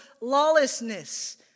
lawlessness